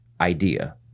idea